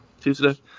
Tuesday